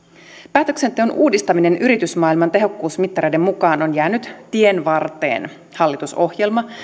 päätöksenteon uudistaminen yritysmaailman tehokkuusmittareiden mukaan on jäänyt tienvarteen hallitusohjelma